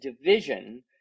division